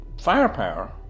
firepower